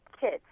kids